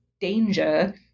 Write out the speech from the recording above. danger